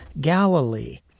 Galilee